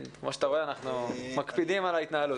כמו שאתה רואה, אנחנו מקפידים על ההתנהלות.